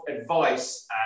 advice